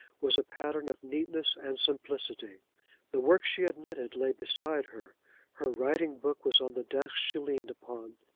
was a pattern of neatness and simplicity the work she had knitted, lay beside her her writing-book was on the desk she leaned upon.